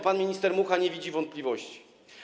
Pan minister Mucha nie ma wątpliwości.